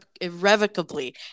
irrevocably